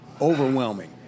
overwhelming